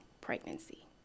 pregnancy